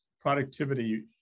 productivity